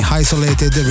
isolated